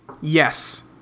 Yes